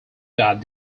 that